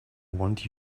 want